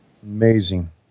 Amazing